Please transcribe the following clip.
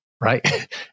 right